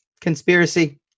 Conspiracy